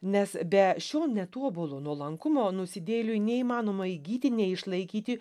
nes be šio netobulo nuolankumo nusidėjėliui neįmanoma įgyti neišlaikyti